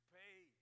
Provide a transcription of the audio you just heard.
pay